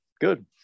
Good